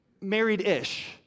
Married-ish